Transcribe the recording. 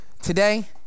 Today